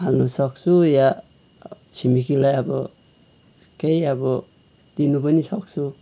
हाल्नसक्छु या छिमेकीलाई अब केही अब दिनु पनि सक्छु